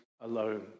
alone